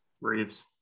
Reeves